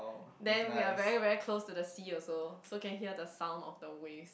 then we are very very close to the sea also so can hear the sound of the wave